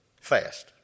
Fast